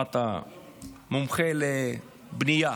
באת כמומחה לבנייה,